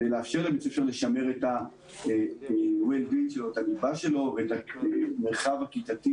כדי לאפשר לשמר את הליבה שלו ואת המרחב הכיתתי